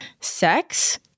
Sex